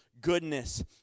goodness